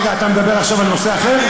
רגע, אתה מדבר עכשיו על נושא אחר,